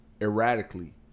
erratically